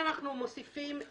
השר יקבע נסיבות ותנאים שבהתקיימם